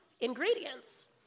ingredients